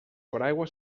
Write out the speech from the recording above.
paraigua